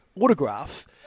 autograph